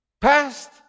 past